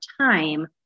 time